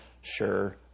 Sure